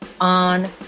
on